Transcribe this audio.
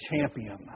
champion